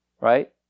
right